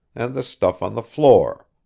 and the stuff on the floor.